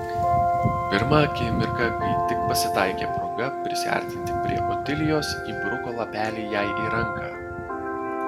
pirmą akimirką kai tik pasitaikė proga prisiartinti prie otilijos įbruko lapelį jai į ranką